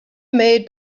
made